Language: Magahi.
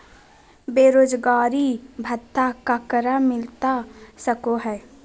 बेरोजगारी भत्ता ककरा मिलता सको है?